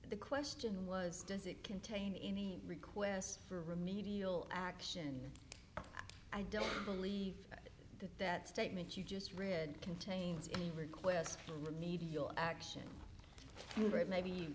the question was does it contain any requests for remedial action i don't believe that that statement you just read contains a request remedial action